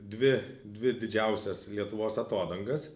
dvi dvi didžiausias lietuvos atodangas